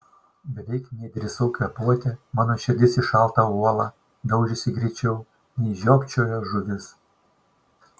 beveik nedrįsau kvėpuoti mano širdis į šaltą uolą daužėsi greičiau nei žiopčiojo žuvis